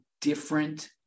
different